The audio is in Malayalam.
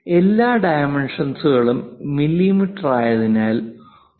എല്ലാ ഡൈമെൻഷൻസ്ളും മില്ലീമീറ്ററായതിനാൽ 1